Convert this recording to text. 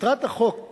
מטרת הצעת החוק,